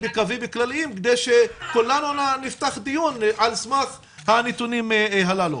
בקווים כלליים כדי שכולנו נפתח דיון על סמך הנתונים הללו.